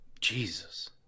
Jesus